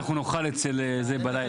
הישיבה ננעלה בשעה 16:05.